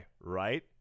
right